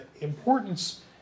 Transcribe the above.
importance